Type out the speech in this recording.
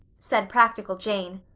said practical jane.